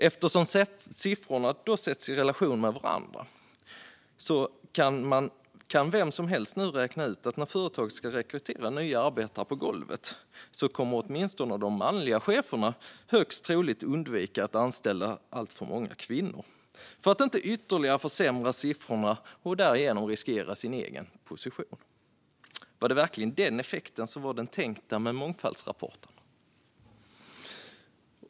Eftersom siffrorna sätts i relation till varandra kan vem som helst räkna ut att när företaget ska rekrytera nya arbetare på golvet kommer de manliga cheferna högst troligt undvika att anställa alltför många kvinnor för att inte ytterligare försämra siffrorna och därigenom riskera sin egen position. Var det verkligen den effekten som var den tänkta med mångfaldsrapporten?